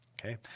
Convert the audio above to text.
Okay